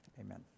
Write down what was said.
Amen